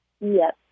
Yes